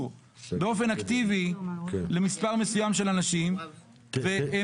באופן אקטיבי למספר מסוים של אנשים והם הסתמכו על זה.